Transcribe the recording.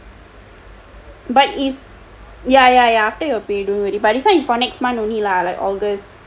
ya ya ya after your pay don't worry but this one is for next month only lah like august